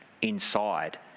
inside